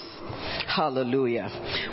Hallelujah